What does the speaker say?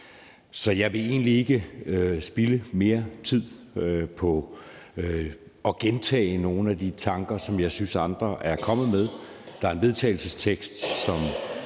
Så jeg vil egentlig ikke spilde mere tid på at gentage nogle af de tanker, som jeg synes andre er kommet med. Der er en vedtagelsestekst, som